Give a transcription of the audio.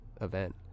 event